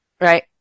right